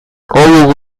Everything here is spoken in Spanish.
hay